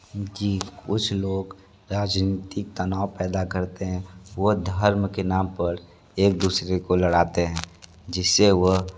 जी कुछ लोग राजनीतिक तनाव पैदा करते हैं वो धर्म के नाम पर एक दूसरे को लड़ाते हैं जिससे वह